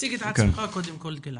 תציג את עצמך קודם כל, גלעד.